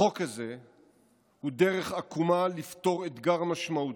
החוק הזה הוא דרך עקומה לפתור אתגר משמעותי.